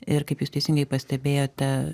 ir kaip jūs teisingai pastebėjote